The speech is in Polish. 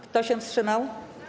Kto się wstrzymał?